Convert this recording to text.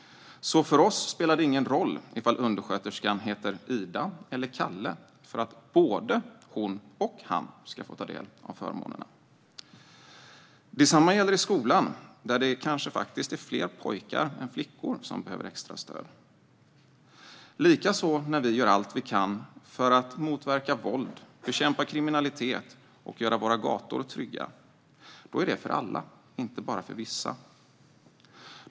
För oss spelar det ingen roll ifall undersköterskan heter Ida eller Calle. Både hon och han ska få ta del av förmånerna. Detsamma gäller i skolan, där det kanske faktiskt är fler pojkar än flickor som behöver extra stöd. Likadant är det när vi gör allt vi kan för att motverka våld, bekämpa kriminalitet och göra våra gator trygga. Då är det för alla, inte bara för vissa.